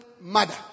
mother